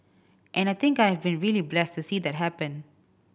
and I think I have been really blessed to see that happen